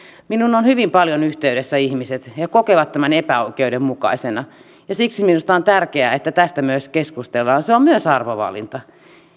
minuun ovat hyvin paljon yhteydessä ihmiset ja he kokevat tämän epäoikeudenmukaisena ja siksi minusta on tärkeää että tästä myös keskustellaan se on myös arvovalinta